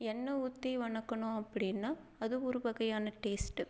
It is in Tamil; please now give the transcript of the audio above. எண்ணெய் ஊற்றி வதக்குனோம் அப்படின்னா அது ஒரு வகையான டேஸ்ட்